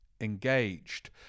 engaged